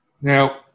Now